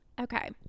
Okay